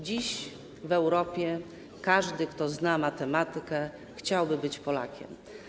Dziś w Europie każdy, kto zna matematykę, chciałby być Polakiem.